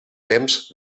temps